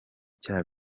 cya